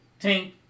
tink